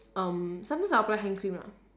um sometimes I'll apply hand cream lah